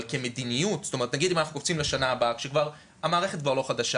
אבל אם אנחנו קופצים לשנה הבאה כשהמערכת כבר לא חדשה